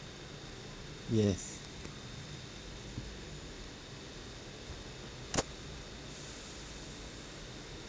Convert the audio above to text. yes